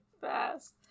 fast